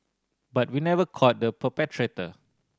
but we never caught the perpetrator